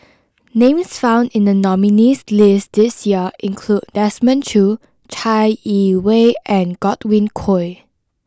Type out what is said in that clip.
names found in the nominees' list this year include Desmond Choo Chai Yee Wei and Godwin Koay